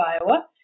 Iowa